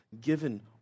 given